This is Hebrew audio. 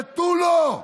ותו לא.